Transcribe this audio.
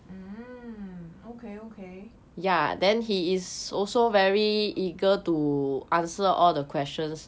mm okay okay